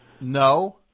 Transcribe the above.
No